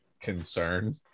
concern